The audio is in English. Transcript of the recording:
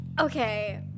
Okay